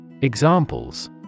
Examples